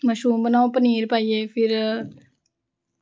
mushroom बनाओ पनीर पाइयै फिर